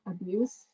abuse